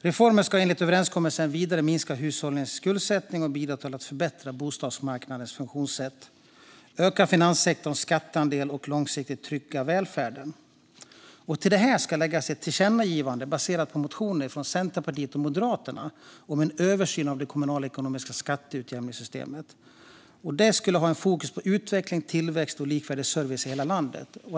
Reformen ska enligt överenskommelsen vidare minska hushållens skuldsättning och bidra till att förbättra bostadsmarknadens funktionssätt, öka finanssektorns skatteandel och långsiktigt trygga välfärden. Till detta ska läggas ett tillkännagivande baserat på motioner från Centerpartiet och Moderaterna om en översyn av det kommunala ekonomiska skatteutjämningssystemet, med fokus på utveckling, tillväxt och likvärdig service i hela landet.